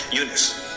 Eunice